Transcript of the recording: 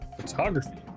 photography